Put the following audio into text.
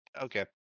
Okay